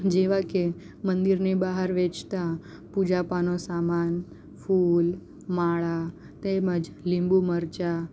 જેવાં કે મંદિરની બહાર વેચતા પૂજાપાનો સામાન ફૂલ માળા તેમજ લીંબુ મરચાં